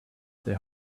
their